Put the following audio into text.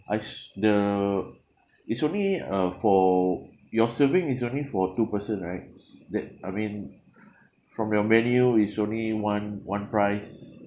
I s~ the it's only uh for your serving is only for two person right that I mean from your menu it's only one one price